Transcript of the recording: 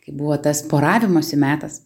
kai buvo tas poravimosi metas